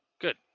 Good